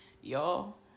y'all